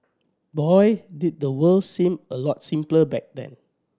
boy did the world seem a lot simpler back then